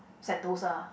sentosa